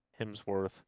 Hemsworth